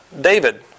David